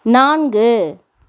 நான்கு